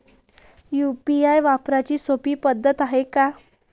UPI वापराची सोपी पद्धत हाय का?